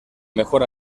mejor